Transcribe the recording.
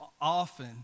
often